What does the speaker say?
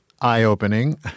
eye-opening